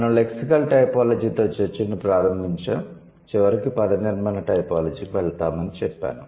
మనం లెక్సికల్ టైపోలాజీతో చర్చను ప్రారంభించాము చివరికి పదనిర్మాణ టైపోలాజీకి వెళ్తామని చెప్పాను